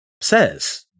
says